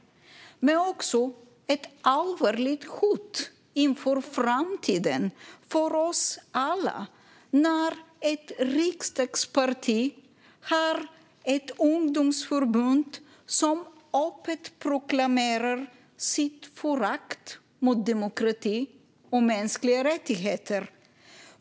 Men det är också ett allvarligt hot inför framtiden för oss alla när ett riksdagsparti har ett ungdomsförbund som öppet proklamerar sitt förakt mot demokrati och mänskliga rättigheter.